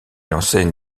enseigne